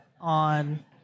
on